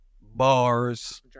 bars